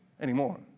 anymore